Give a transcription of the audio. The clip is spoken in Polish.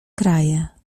kraje